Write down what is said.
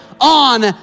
on